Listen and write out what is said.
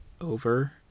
over